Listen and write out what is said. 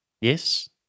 Yes